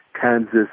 Kansas